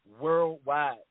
worldwide